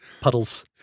Puddles